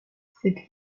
cette